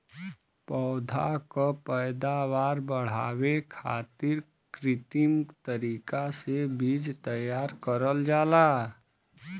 पौधा क पैदावार बढ़ावे खातिर कृत्रिम तरीका से बीज तैयार करल जाला